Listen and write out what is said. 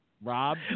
Rob